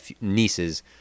nieces